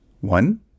one